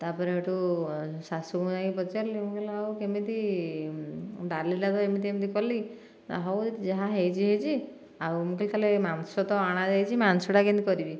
ତାପରେ ସେଇଠୁ ଶାଶୁଙ୍କୁ ଯାଇ ପଚାରିଲି ମୁଁ କହିଲି ଆଉ କେମିତି ଡାଲିଟାକୁ ଏମିତି ଏମିତି କଲି ହେଉ ଯାହା ହୋଇଛି ହୋଇଛି ଆଉ ମୁଁ କହିଲି ତାହେଲେ ମାଂସ ତ ଅଣା ଯାଇଛି ମାଂସଟା କେମିତି କରିବି